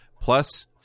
plus